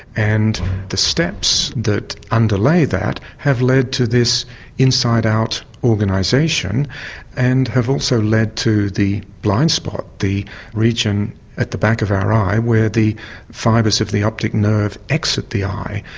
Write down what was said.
and the steps that underlay that have led to this inside out organisation and have also led to the blind spot, the region at the back of our eye where the fibres of the optic nerve exit the eye.